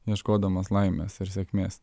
ieškodamas laimės ir sėkmės